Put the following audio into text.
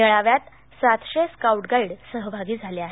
मेळाव्यात सातशे scout guide सहभागी झाले आहेत